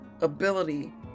ability